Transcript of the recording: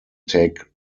take